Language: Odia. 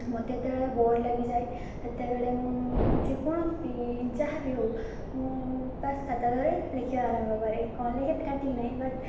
ମୋତେ ଏତେବେଳେ ବୋର୍ ଲାଗିଯାଏ ସେତେବେଳେ ମୁଁ ଯେକୌଣସି ଯାହା ବି ହେଉ ମୁଁ ପାସ୍ ଖାତା ଧରେ ଲେଖିବା ଆରମ୍ଭ କରେ କ'ଣ ଲେଖେ ପେଟା ଠିକ୍ ନାହିଁ ବଟ୍